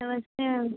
नमस्ते मैम